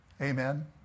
Amen